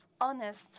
honest